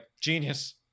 genius